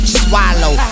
swallow